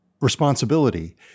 responsibility